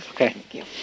Okay